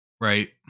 right